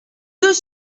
deux